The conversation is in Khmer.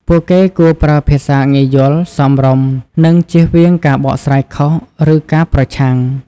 ពួកគេគួរប្រើភាសាងាយយល់ សមរម្យ និងចៀសវាងការបកស្រាយខុស ឬការប្រឆាំង។